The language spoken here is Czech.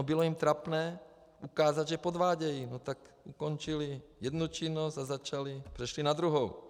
Bylo jim trapné ukázat, že podvádějí, tak ukončili jednu činnost a přešli na druhou.